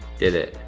did it.